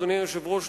אדוני היושב-ראש,